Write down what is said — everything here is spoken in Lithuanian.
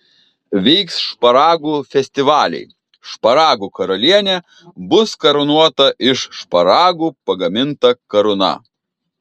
vyks šparagų festivaliai šparagų karalienė bus karūnuota iš šparagų pagaminta karūna